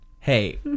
Hey